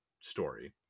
story